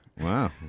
Wow